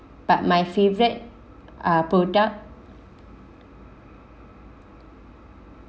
but my favorite uh product